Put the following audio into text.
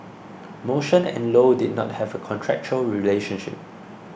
Motion and Low did not have a contractual relationship